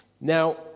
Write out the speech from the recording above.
Now